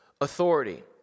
authority